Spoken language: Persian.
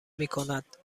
میکند